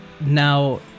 now